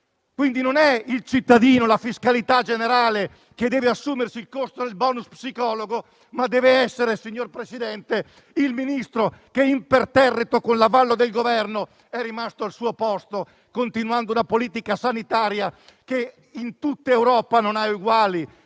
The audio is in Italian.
Non sono il cittadino e la fiscalità generale a doversi assumere il costo del *bonus* psicologo, ma deve essere il Ministro che, imperterrito, con l'avallo del Governo, è rimasto al suo posto, continuando con una politica sanitaria che in tutta Europa non ha eguali